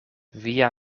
via